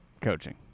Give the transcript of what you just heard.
coaching